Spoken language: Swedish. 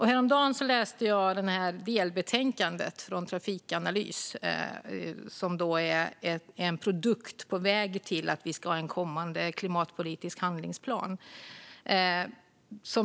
Häromdagen läste jag delbetänkandet från Trafikanalys, som är en produkt på väg till en kommande klimatpolitisk handlingsplan.